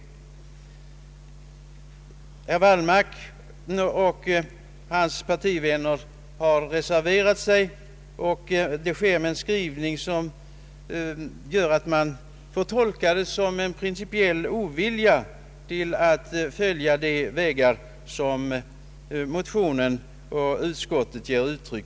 Herr Wallmark och hans partivänner har reserverat sig med en skrivning som man får tolka som uttryck för en principiell ovilja att följa de vägar motionen och utskottet föreslår.